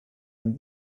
and